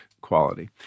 quality